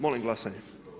Molim glasanje.